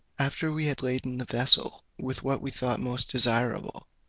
after we had laden the vessel with what we thought most desirable,